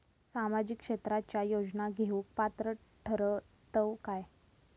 सामाजिक क्षेत्राच्या योजना घेवुक पात्र ठरतव काय?